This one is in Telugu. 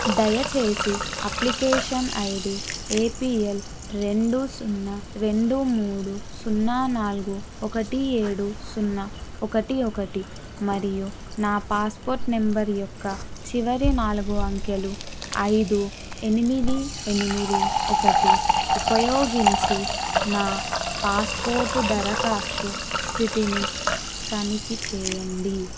దయచేసి అప్లికేషన్ ఐడీ ఏపీఎల్ రెండు సున్నా రెండు మూడు సున్నా నాలుగు ఒకటి ఏడు సున్నా ఒకటి ఒకటి మరియు నా పాస్పోర్ట్ నెంబర్ యొక్క చివరి నాలుగు అంకెలు ఐదు ఎనిమిది ఎనిమిది ఒకటి ఉపయోగించి నా పాస్పోర్ట్ దరఖాస్తు స్థితిని తనిఖీ చేయండి